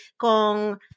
con